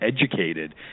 educated